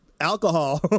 alcohol